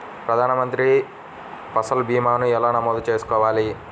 ప్రధాన మంత్రి పసల్ భీమాను ఎలా నమోదు చేసుకోవాలి?